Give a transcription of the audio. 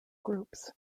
groups